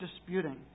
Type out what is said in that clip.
disputing